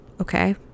Okay